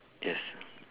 yes